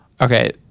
Okay